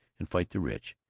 and fight the rich.